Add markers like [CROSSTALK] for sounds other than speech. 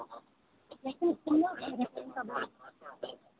लेकिन [UNINTELLIGIBLE]